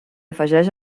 afegeix